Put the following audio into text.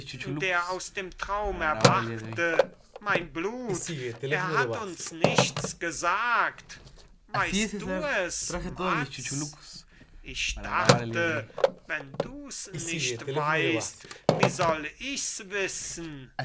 der aus dem traum erwachte mein blut er hat uns nichts gesagt weißt du es matz ich dachte wenn dus nicht weißt wie soll ichs wissen